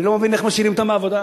אני לא מבין איך משאירים אותם בעבודה.